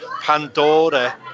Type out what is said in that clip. Pandora